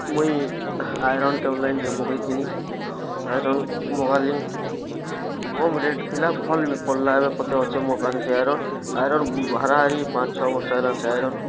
ମୁଇଁ ଆଇରନ୍ ଟେ ଅନ୍ଲାଇନ୍ରେ ମଗାଇଁ ଥିନି ଆଇରନ୍ ମଗାଇଲି କମ୍ ରେଟ୍ ଥିଲା ଭଲ୍ ବି ପଡ଼୍ଲା ଏବେ ପର୍ଯ୍ୟନ୍ତ ଅଛି ମୋ ପାଖରେ ସେ ଆଇରନ୍ ଆଇରନ୍ ହାରାହାରୀ ପାଞ୍ଚ ବର୍ଷ ହେଲାଣି ସେ ଆଇରନ୍